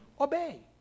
obey